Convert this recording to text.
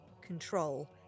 control